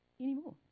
anymore